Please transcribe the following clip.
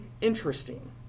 interesting